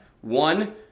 One